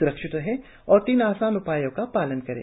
स्रक्षित रहें और तीन आसान उपायों का पालन करें